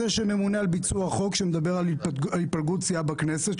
שממונה על ביצוע החוק שמדבר על התפלגות סיעה בכנסת,